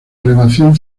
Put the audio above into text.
elevación